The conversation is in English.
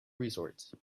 resort